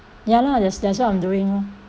ya lah that's that's what I'm doing lor